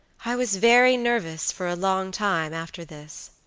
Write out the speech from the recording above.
i was very nervous for a long time after this.